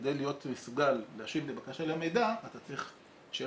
כדי להיות מסוגל להשיב לבקשה למידע אתה צריך שתהיה